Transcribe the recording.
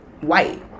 white